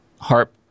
HARP